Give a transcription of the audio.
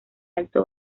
alto